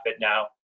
now